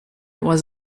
was